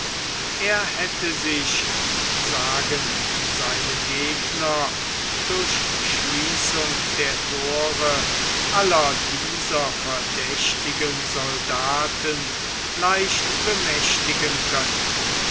er hätte sich sagen seine gegner durch schließung der thore aller dieser verdächtigen soldaten leicht bemächtigen können